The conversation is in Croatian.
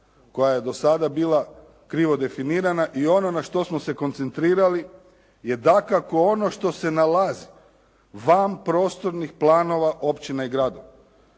koja je do sada bila krivo definirana i ono na što smo se koncentrirali je dakako ono što se nalazi van prostornih planova općina i gradova